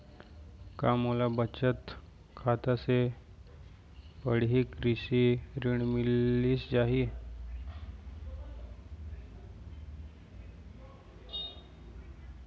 का मोला बचत खाता से पड़ही कृषि ऋण मिलिस जाही?